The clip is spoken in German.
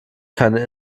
keine